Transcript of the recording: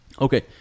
Okay